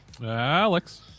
Alex